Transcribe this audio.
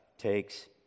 Takes